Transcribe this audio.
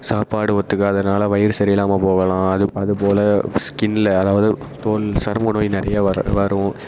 சாப்பாடு ஒத்துக்காதனால வயிறு சரியில்லாமல் போகலாம் அது அதுபோல் ஸ்கினில் அதாவது தோல் சரும நோய் நிறைய வர வரும்